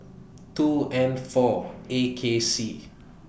two N four A K C